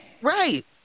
Right